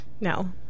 no